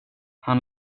han